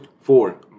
four